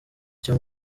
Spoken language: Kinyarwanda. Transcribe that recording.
cyo